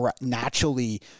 naturally